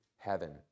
Heaven